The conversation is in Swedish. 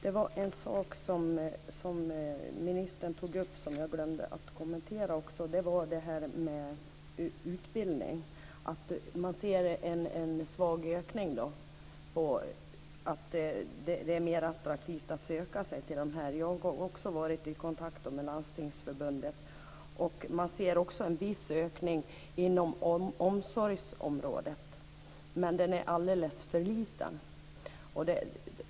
Fru talman! Ministern tog upp en sak som jag glömde att kommentera. Det var det här med utbildning, att man ser en svag ökning och att det är mer attraktivt att söka sig till vissa områden. Jag har också varit i kontakt med Landstingsförbundet. Man ser en viss ökning inom omsorgsområdet, men den är alldeles för liten.